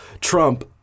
Trump